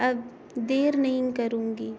اب دیر نہیں کروں گی